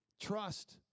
Trust